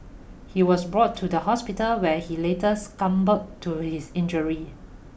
he was brought to the hospital where he later succumbed to his injury